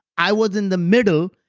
i was in the middle.